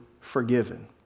forgiven